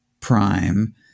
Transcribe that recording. prime